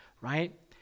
right